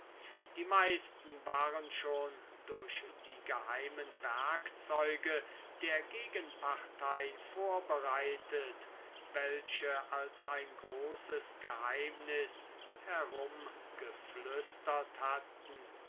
die meisten waren schon durch die geheimen werkzeuge der gegenpartei vorbereitet welche als ein großes geheimnis herumgeflüstert hatten